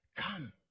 Come